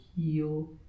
heal